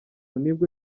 nibwo